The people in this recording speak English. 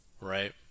right